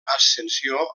ascensió